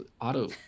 auto